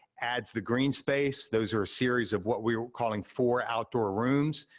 adds the green space, those are a series of what we're calling four outdoor rooms.